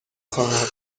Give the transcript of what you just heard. خواهم